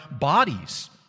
bodies